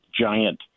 giant